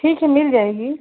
ٹھیک ہے مل جائے گی